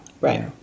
Right